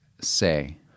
say